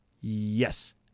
Yes